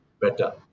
better